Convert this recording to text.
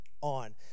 on